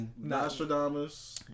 Nostradamus